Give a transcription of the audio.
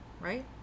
Right